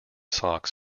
sox